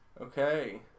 Okay